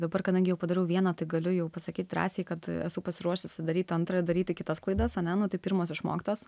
dabar kadangi jau padariau vieną tai galiu jau pasakyt drąsiai kad esu pasiruošusi daryt antrą daryti kitas klaidas ane nu tai pirmos išmoktos